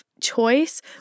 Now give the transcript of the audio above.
choice